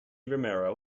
romero